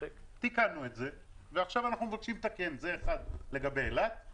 תיקנו את זה, ועכשיו אנחנו מבקשים לתקן לגבי אילת.